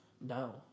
No